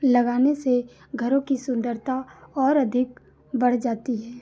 लगाने से घरों की सुन्दरता और अधिक बढ़ जाती है